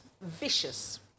vicious